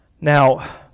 Now